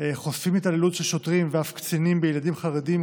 חושפים התעללות של שוטרים ואף קצינים בילדים חרדים,